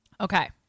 Okay